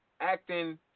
acting